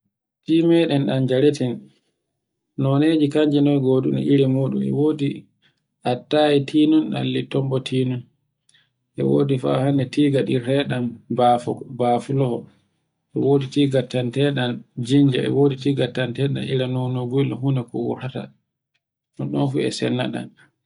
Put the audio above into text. Timeɗen ɗan jareten none ji kanji noye goduɗen iri muɗum e wodi attaye tinunɗal ton boti non. E wodi fa hande tiga ɗirteɗan bafuloho. E wodi tigattanteɗan jinja, e wodi tigattanteɗan ira nono gullo fu noko wurtata ɗun non fu e sande ɗan.